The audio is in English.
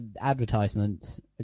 advertisement